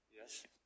Yes